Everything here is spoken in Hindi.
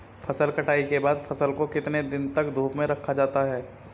फसल कटाई के बाद फ़सल को कितने दिन तक धूप में रखा जाता है?